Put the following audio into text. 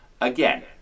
again